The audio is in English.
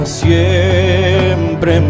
siempre